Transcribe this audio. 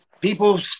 people